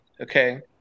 okay